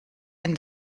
and